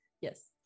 yes